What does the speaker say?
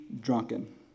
drunken